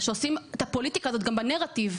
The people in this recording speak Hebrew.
שעושים את הפוליטיקה הזאת גם בנרטיב.